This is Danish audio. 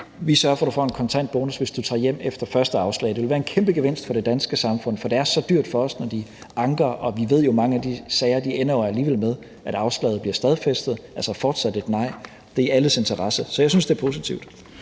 at du får en kontant bonus, hvis du tager hjem efter første afslag. Det vil være en kæmpe gevinst for det danske samfund, for det er så dyrt for os, når de anker, og vi ved jo, at mange af de sager alligevel ender med, at afslaget bliver stadfæstet, altså fortsat med et nej. Det er i alles interesse, så jeg synes, det er positivt.